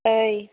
ओइ